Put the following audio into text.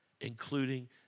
including